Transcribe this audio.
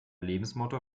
lebensmotto